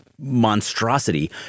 monstrosity